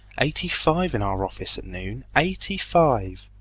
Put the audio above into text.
eighty-five in our office at noon eighty-five!